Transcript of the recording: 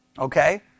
Okay